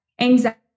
anxiety